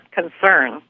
concern